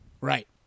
Right